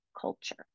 culture